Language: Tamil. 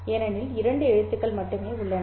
ஏனெனில் இரண்டு எழுத்துக்கள் மட்டுமே உள்ளன